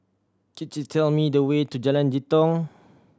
could you tell me the way to Jalan Jitong